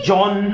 John